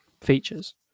features